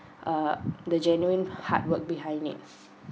uh the genuine hard work behind it